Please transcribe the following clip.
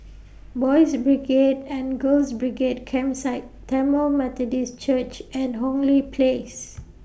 Boys' Brigade and Girls' Brigade Campsite Tamil Methodist Church and Hong Lee Place